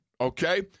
Okay